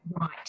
right